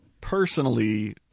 personally